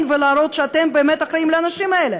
ולהראות שאתם באמת אחראים לאנשים האלה.